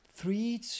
three